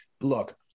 look